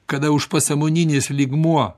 kada užpasąmoninis lygmuo